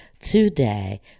today